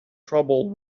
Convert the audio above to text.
trouble